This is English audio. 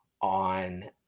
on